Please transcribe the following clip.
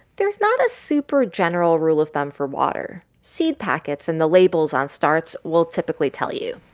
there's not a super-general rule of thumb for water. seed packets and the labels on starts will typically tell you.